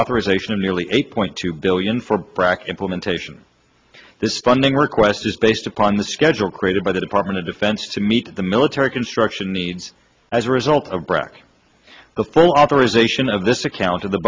authorization of nearly eight point two billion for brac implementation this funding request is based upon the schedule created by the department of defense to meet the military construction needs as a result of brac the full authorization of this account of the